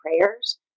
prayers